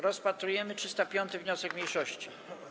Rozpatrujemy 305. wniosek mniejszości.